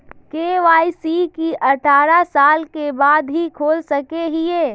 KYC की अठारह साल के बाद ही खोल सके हिये?